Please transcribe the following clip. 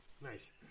Nice